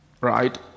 right